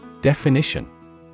Definition